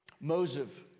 Moses